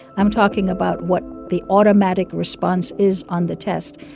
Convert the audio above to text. i'm talking about what the automatic response is on the test.